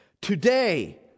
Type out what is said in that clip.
Today